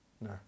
no